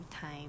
time